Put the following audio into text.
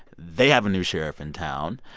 they have a new sheriff in town.